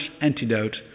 antidote